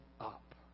up